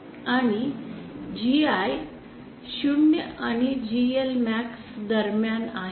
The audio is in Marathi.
आणि Gi 0 आणि काही मूल्य GImax दरम्यान आहे